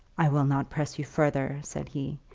i will not press you further, said he,